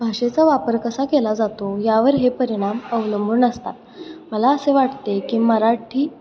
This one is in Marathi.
भाषेचा वापर कसा केला जातो यावर हे परिणाम अवलंबून असतात मला असे वाटते की मराठी